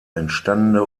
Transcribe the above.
entstandene